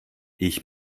ich